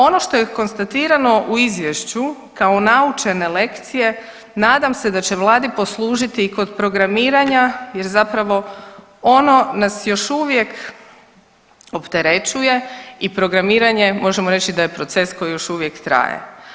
Ono što je konstatirano u izvješću kao naučene lekcije nadam se da će vladi poslužiti i kod programiranja jer zapravo ono nas još uvijek opterećuje i programiranje možemo reći da je i proces koji još uvijek traje.